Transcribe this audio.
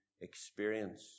experience